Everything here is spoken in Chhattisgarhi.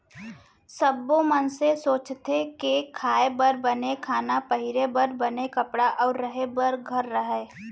सब्बो मनसे सोचथें के खाए बर बने खाना, पहिरे बर बने कपड़ा अउ रहें बर घर रहय